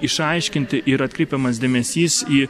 išaiškinti ir atkreipiamas dėmesys į